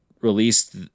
released